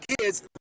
kids